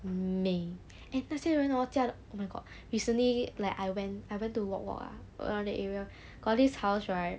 美 and 那些人 hor 家的 oh my god recently like I went I went to walk walk ah around that area got this house right